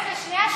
רגע, שנייה.